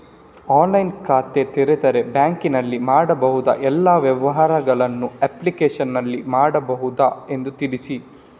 ಆನ್ಲೈನ್ನಲ್ಲಿ ಖಾತೆ ತೆರೆದರೆ ಬ್ಯಾಂಕಿನಲ್ಲಿ ಮಾಡಬಹುದಾ ಎಲ್ಲ ವ್ಯವಹಾರಗಳನ್ನು ಅಪ್ಲಿಕೇಶನ್ನಲ್ಲಿ ಮಾಡಬಹುದಾ ಎಂದು ತಿಳಿಸಿ?